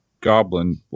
Goblin